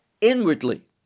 inwardly